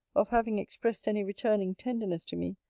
of having expressed any returning tenderness to me,